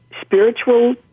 spiritual